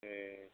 ए